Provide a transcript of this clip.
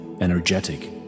energetic